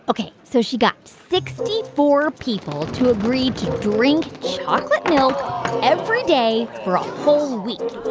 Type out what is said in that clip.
ok. so she got sixty four people to agree to drink chocolate milk every day for a whole week.